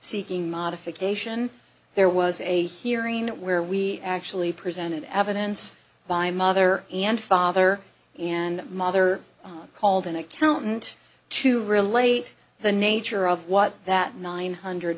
seeking modification there was a hearing where we actually presented evidence by mother and father and mother called an accountant to relate the nature of what that nine hundred